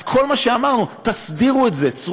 אז כל מה שאמרנו: תסדירו את זה,